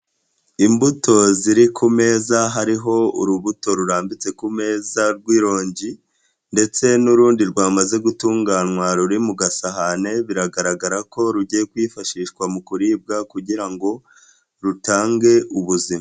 Imbuto ziri ku meza, hariho urubuto rurambitse ku meza rw'ironji ndetse n'urundi rwamaze gutunganywa ruri mu gasahane, biragaragara ko rugiye kwifashishwa mu kuribwa kugira ngo rutange ubuzima.